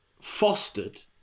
fostered